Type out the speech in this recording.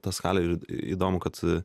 tą skalę ir įdomu kad